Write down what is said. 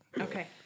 Okay